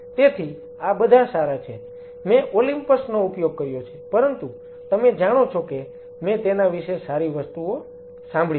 તેથી આ બધા સારા છે મેં ઓલિમ્પસ નો ઉપયોગ કર્યો છે પરંતુ તમે જાણો છો કે મેં તેના વિશે સારી વસ્તુઓ સાંભળી છે